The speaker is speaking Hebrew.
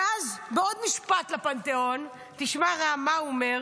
ואז בעוד משפט לפנתיאון, תשמע רם מה הוא אומר